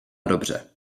dobře